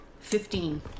Fifteen